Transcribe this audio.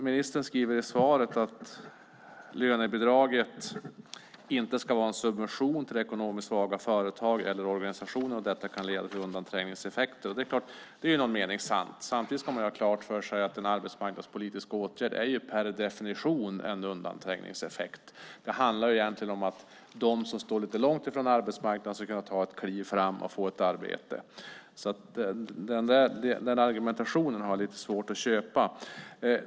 Ministern säger i svaret: "Lönebidraget får inte vara en subvention till ekonomiskt svaga företag eller organisationer, då detta kan leda till undanträngningseffekter." Det är i någon mening sant, men samtidigt ska man ha klart för sig att en arbetsmarknadspolitisk åtgärd per definition utgör en undanträngningseffekt. Det handlar egentligen om att de som står långt ifrån arbetsmarknaden ska kunna ta ett kliv framåt och få ett arbete. Den argumentationen har jag lite svårt att köpa.